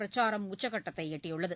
பிரச்சாரம் உச்சக்கட்டத்தை எட்டியுள்ளது